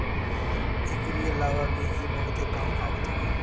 एकरी अलावा भी इ बहुते काम आवत हवे